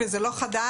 וזה לא חדש,